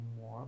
more